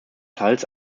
teils